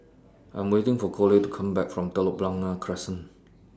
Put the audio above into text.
I'm waiting For Coley to Come Back from Telok Blangah Crescent